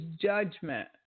judgment